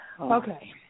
Okay